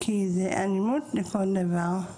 כי זה אלימות לכל דבר.